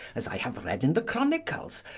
as i haue read in the chronicles,